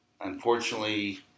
unfortunately